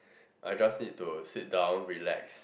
I just need to sit down relax